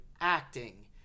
acting